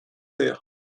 père